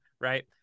right